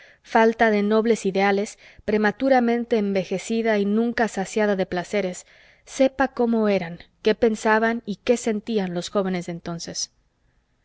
falta de nobles ideales prematuramente envejecida y nunca saciada de placeres sepa cómo eran qué pensaban y qué sentían los jóvenes de entonces